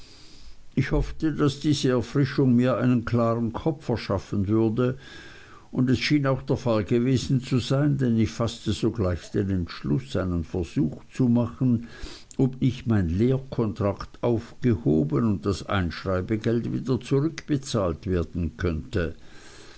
ich hoffte daß diese erfrischung mir einen klaren kopf verschaffen würde und es schien auch der fall gewesen zu sein denn ich faßte sogleich den entschluß einen versuch zu machen ob nicht mein lehrkontrakt aufgehoben und das einschreibegeld wieder zurückbezahlt werden könnte